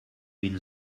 bin